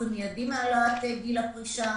באופן מיידי מהעלאת גיל הפרישה,